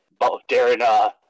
Darren –